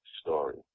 story